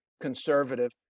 conservative